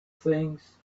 things